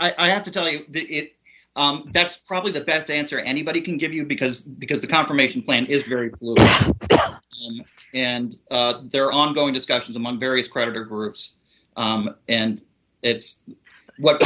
it i have to tell you it that's probably the best answer anybody can give you because because the confirmation plan is very little and there are ongoing discussions among various creditor groups and it's what